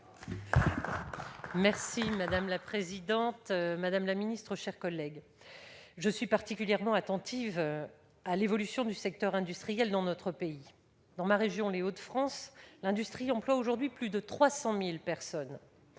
sujet ! La parole est à Mme Valérie Létard. Je suis particulièrement attentive à l'évolution du secteur industriel dans notre pays. Dans ma région, les Hauts-de-France, l'industrie emploie aujourd'hui plus de 300 000 personnes.